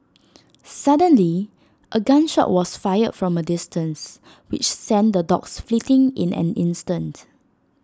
suddenly A gun shot was fired from A distance which sent the dogs fleeing in an instant